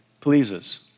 pleases